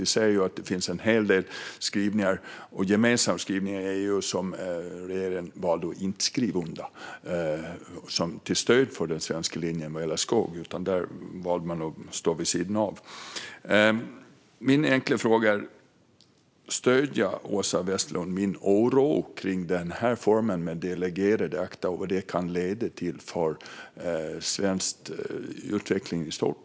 Vi ser att det finns en hel del gemensamma skrivningar i EU som regeringen valde att inte skriva under till stöd för den svenska linjen vad gäller skogen. Där valde man att stå vid sidan av. Min enkla fråga är: Stöder Åsa Westlund min oro kring denna form med delegerade akter och vad det kan leda till för svensk utveckling i stort?